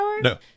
No